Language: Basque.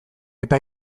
eta